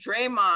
Draymond